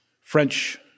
French